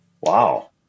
Wow